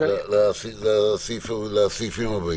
לסעיפים הבאים.